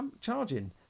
charging